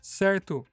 certo